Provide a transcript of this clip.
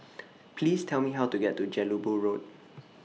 Please Tell Me How to get to Jelebu Road